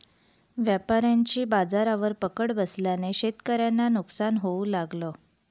व्यापाऱ्यांची बाजारावर पकड बसल्याने शेतकऱ्यांना नुकसान होऊ लागलं